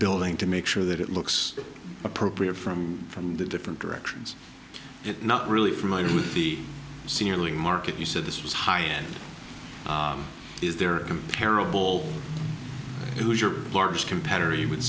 building to make sure that it looks appropriate from from the different directions not really familiar with the ceiling market you said this was higher than is there comparable hoosier large competitor you would